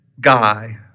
guy